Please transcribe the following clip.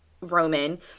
Roman